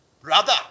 Brother